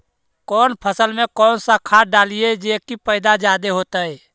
कौन फसल मे कौन सा खाध डलियय जे की पैदा जादे होतय?